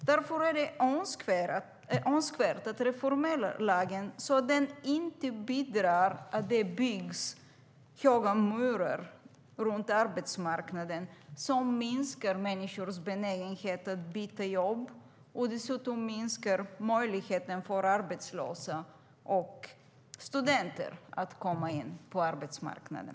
Därför är det önskvärt att reformera lagen så att den inte bidrar till att det byggs höga murar runt arbetsmarknaden som minskar människors benägenhet att byta jobb och dessutom minskar möjligheten för arbetslösa och studenter att komma in på arbetsmarknaden.